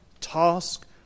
task